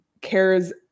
cares